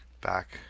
back